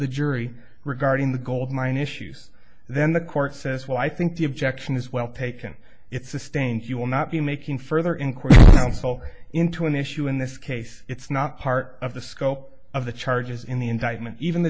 the jury regarding the gold mine issues then the court says well i think the objection is well taken it sustained you will not be making further inquiries into an issue in this case it's not part of the scope of the charges in the indictment even the